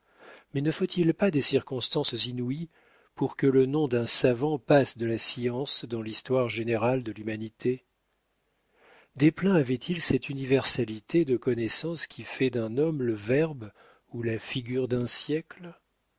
mais ne faut-il pas des circonstances inouïes pour que le nom d'un savant passe de la science dans l'histoire générale de l'humanité desplein avait-il cette universalité de connaissances qui fait d'un homme le verbe ou la figure d'un siècle